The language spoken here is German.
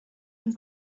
und